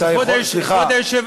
אתה יכול, סליחה.